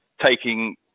taking